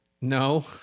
No